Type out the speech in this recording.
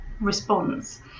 response